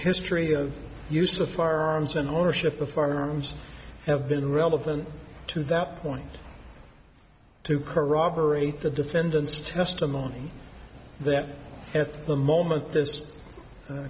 history of use of firearms and ownership of firearms have been relevant to that point to corroborate the defendant's testimony that at the moment th